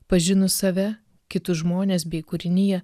pažinus save kitus žmones bei kūriniją